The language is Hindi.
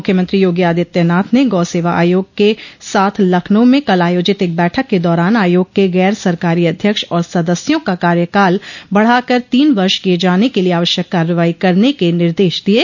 मुख्यमंत्री योगी आदित्यनाथ ने गौ सेवा आयोग के साथ लखनऊ में कल आयोजित एक बैठक के दौरान आयोग के गैर सरकारी अध्यक्ष और सदस्यों का कार्यकाल बढ़ा कर तीन वर्ष किये जाने के लिये आवश्यक कार्रवाई करने के निर्देश दिये